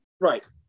Right